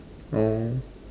oh